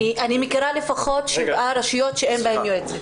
אני מכירה לפחות שבע רשויות שאין בהן יועצת.